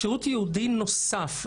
שירות ייעודי נוסף,